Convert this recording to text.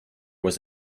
was